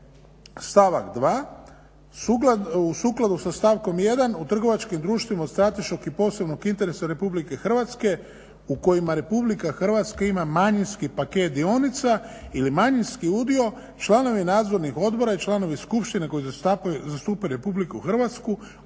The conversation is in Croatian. stavak 2. u sukladu sa stavkom 1. u trgovačkim društvima od strateškog i posebnog interesa Republike Hrvatske u kojima Republika Hrvatska ima manjinski paket dionica ili manjinski udio, članovi nadzornih odbora i članovi skupština koji zastupaju Republiku Hrvatsku obvezni su